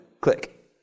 click